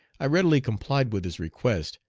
i readily complied with his request,